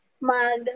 mag